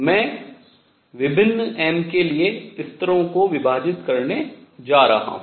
मैं विभिन्न m के लिए स्तरों को विभाजित करने जा रहा हूँ